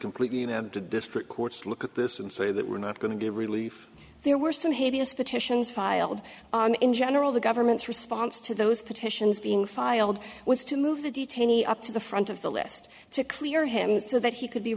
completely you have to disprove courts look at this and say that we're not going to get relief there were some hideous petitions filed in general the government's response to those petitions being filed was to move the detainee up to the front of the list to clear him so that he could be